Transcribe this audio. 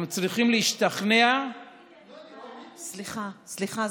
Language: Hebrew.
אנחנו צריכים להשתכנע, סליחה, סליחה.